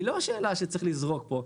היא לא שאלה שצריך לזרוק פה.